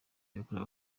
yakorewe